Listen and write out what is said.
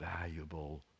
valuable